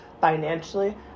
financially